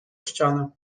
ścianę